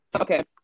okay